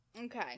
Okay